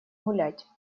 гулять